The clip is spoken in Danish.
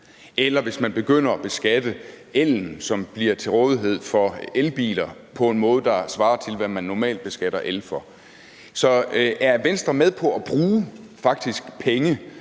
eller at begynde at beskatte ellen, som bliver til rådighed for elbiler, på en måde, der svarer til, hvad el normalt beskattes for. Så er Venstre faktisk med på at bruge penge